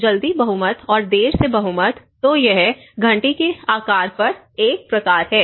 जल्दी बहुमत और देर से बहुमत तो यह घंटी के आकार का एक प्रकार है